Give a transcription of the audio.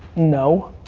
no.